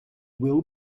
will